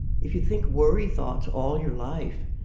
if you think worry thoughts all your life,